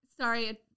sorry –